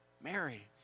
Mary